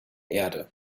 erde